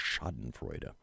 schadenfreude